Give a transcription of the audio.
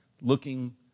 looking